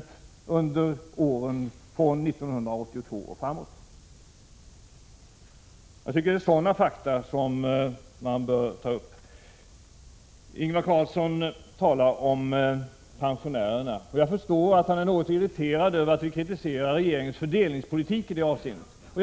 26 under åren från 1982. Jag tycker att det är sådana fakta som man bör ta upp. Ingvar Carlsson talar om pensionärerna, och jag förstår att han är något irriterad över att vi kritiserar regeringens fördelningspolitik i det avseendet.